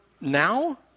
now